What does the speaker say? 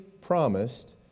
promised